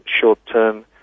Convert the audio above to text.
short-term